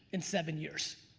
in seven years.